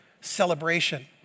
celebration